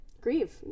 grieve